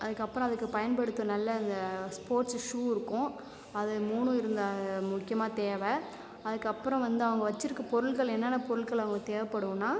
அதுக்கு அப்புறம் அதுக்கு பயன்படுத்த நல்ல ஸ்போர்ட்ஸ் ஷூ இருக்கும் அது மூணு இருந்தால் முக்கியமா தேவை அதுக்கு அப்புறம் வந்து அவங்க வச்சுருக்க பொருட்கள் என்னென்ன பொருட்கள் அவங்களுக்கு தேவைப்படும்னா